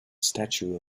statue